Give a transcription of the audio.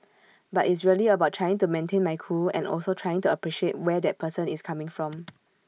but it's really about trying to maintain my cool and also trying to appreciate where that person is coming from